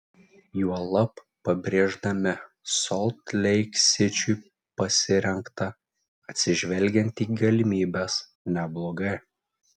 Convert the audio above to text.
juolab pabrėždami solt leik sičiui pasirengta atsižvelgiant į galimybes neblogai